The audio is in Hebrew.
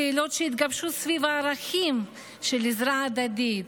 קהילות שהתגבשו סביב הערכים של עזרה הדדית,